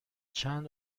چند